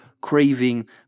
craving